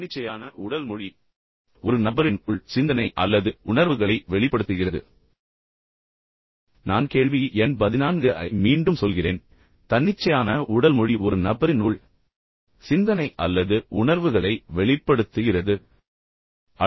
தன்னிச்சையான உடல் மொழி ஒரு நபரின் உள் சிந்தனை அல்லது உணர்வுகளை வெளிப்படுத்துகிறது நான் கேள்வி எண் 14 ஐ மீண்டும் சொல்கிறேன் தன்னிச்சையான உடல் மொழி ஒரு நபரின் உள் சிந்தனை அல்லது உணர்வுகளை வெளிப்படுத்துகிறது உண்மை அல்லது பொய் என்று சொல்லுங்கள்